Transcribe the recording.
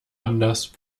anders